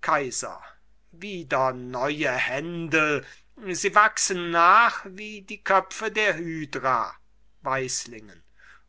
kaiser wieder neue händel sie wachsen nach wie die köpfe der hydra weislingen